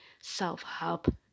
self-help